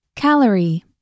Calorie